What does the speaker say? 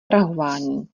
prahování